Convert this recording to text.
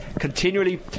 continually